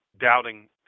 doubting